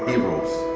heroes.